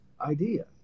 idea